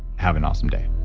have an awesome day